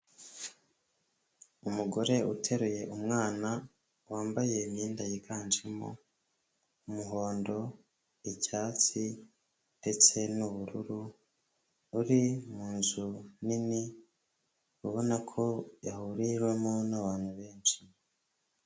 Umugore utereye umwana wambaye imyenda yiganjemo umuhondo, icyatsi ndetse n'ubururu, uri mu nzu nini ubona ko yahuriwemo n'abantu benshi.